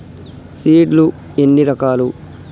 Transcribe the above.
Seed లు ఎన్ని రకాలు?